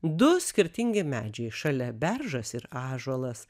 du skirtingi medžiai šalia beržas ir ąžuolas